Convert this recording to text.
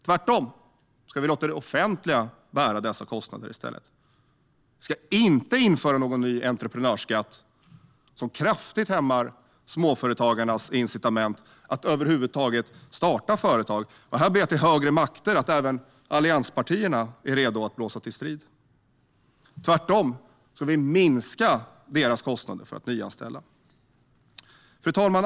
Tvärtom ska vi låta det offentliga bära dessa kostnader. Vi ska inte införa någon ny entreprenörsskatt som kraftigt hämmar småföretagarnas incitament att över huvud taget starta företag. Här ber jag till högre makter att även allianspartierna är redo att blåsa till strid. Tvärtom ska vi minska deras kostnader för att nyanställa. Fru talman!